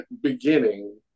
beginning